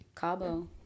Cabo